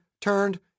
turned